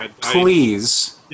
Please